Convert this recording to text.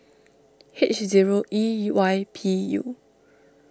H zero E Y P U